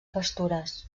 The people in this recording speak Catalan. pastures